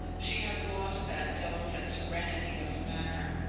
she had lost that delicate serenity of manner,